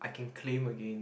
I can claim again